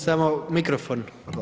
Samo mikrofon.